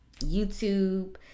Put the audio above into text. YouTube